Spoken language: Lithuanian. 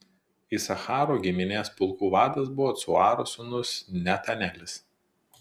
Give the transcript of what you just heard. isacharo giminės pulkų vadas buvo cuaro sūnus netanelis